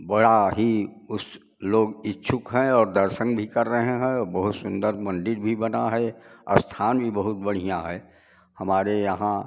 बड़ा ही उस लोग इच्छुक हैं और दर्शन भी कर रहे हैं बहुत सुंदर मंदिर भी बना है स्थान भी बहुत बढ़िया है हमारे यहाँ